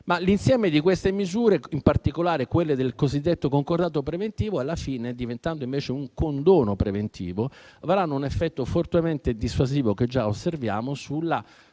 L'insieme di queste misure, in particolare quelle del cosiddetto concordato preventivo, alla fine, diventando invece un condono preventivo, avranno un effetto fortemente dissuasivo, che già osserviamo, sulla fedeltà e